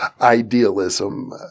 idealism